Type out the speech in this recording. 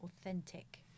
authentic